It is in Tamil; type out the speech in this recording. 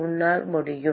உன்னால் முடியாது